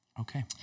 Okay